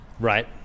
Right